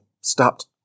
stopped